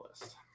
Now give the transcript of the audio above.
list